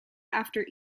after